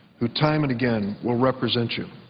who time and again will represent you.